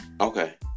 Okay